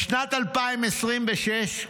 בשנת 2026,